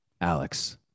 Alex